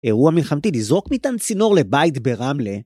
אירוע מלחמתי? לזרוק מטען צינור לבית ברמלה...